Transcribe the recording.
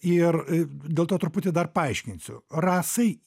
ir dėl to truputį dar paaiškinsiu rasai